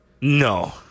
No